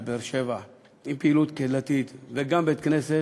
בבאר-שבע עם פעילות קהילתית וגם בית-כנסת,